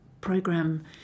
program